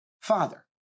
father